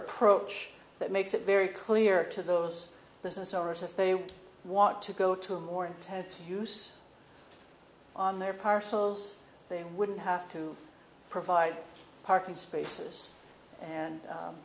approach that makes it very clear to those business owners if they want to go to a more intense use on their parcels they wouldn't have to provide parking spaces and